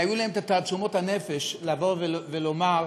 היו להן תעצומות הנפש לומר: